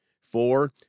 Four